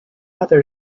other